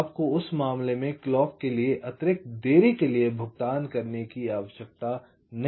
तो आपको उस मामले में क्लॉक के लिए अतिरिक्त देरी के लिए भुगतान करने की आवश्यकता नहीं है